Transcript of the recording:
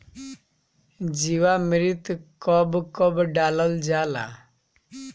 जीवामृत कब कब डालल जाला?